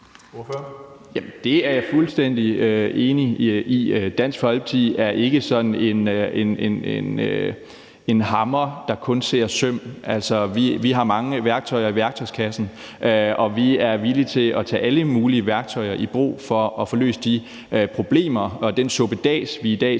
det er jeg fuldstændig enig i. Dansk Folkeparti er ikke sådan en hammer, der kun ser søm. Altså, vi har mange værktøjer i værktøjskassen, og vi er villige til at tage alle mulige værktøjer i brug for at få løst de problemer og klaret den suppedas, vi i dag